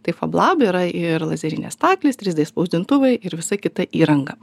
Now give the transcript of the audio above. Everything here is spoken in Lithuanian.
tai fablab yra ir lazerinės staklės trys d spausdintuvai ir visa kita įranga